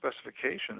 specifications